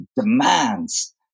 demands